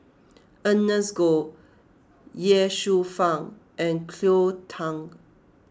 Ernest Goh Ye Shufang and Cleo Thang